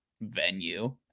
venue